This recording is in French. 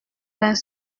vingt